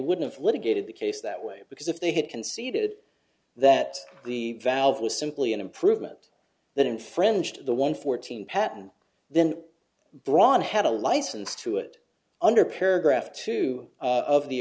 wouldn't litigated the case that way because if they had conceded that the valve was simply an improvement that infringed the one fourteen patent then braun had a license to it under paragraph two of the